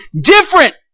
different